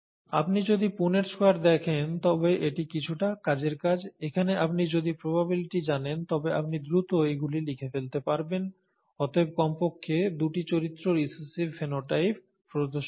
আপনি যদি Punnett square দেখেন তবে এটি কিছুটা কাজের কাজ এখানে আপনি যদি প্রবাবিলিটি জানেন তবে আপনি দ্রুত এগুলি লিখে ফেলতে পারবেন অতএব কমপক্ষে দুটি চরিত্র রিসেসিভ ফেনোটাইপ প্রদর্শন করে